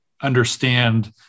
understand